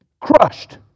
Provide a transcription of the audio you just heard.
crushed